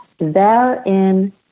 Therein